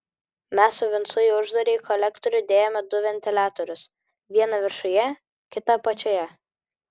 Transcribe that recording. mes su vincu į uždarąjį kolektorių dėjome du ventiliatorius vieną viršuje kitą apačioje